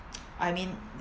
I mean